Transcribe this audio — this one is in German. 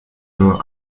nur